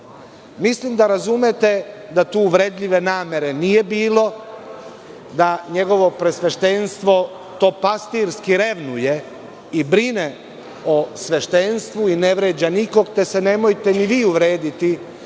da razumete da tu uvredljive namere nije bilo, da njegovo preosveštenstvo to pastirski revnuje i brine o sveštenstvu i ne vređa nikog, te se nemojte ni vi uvrediti,